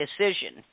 decision